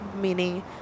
meaning